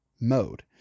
mode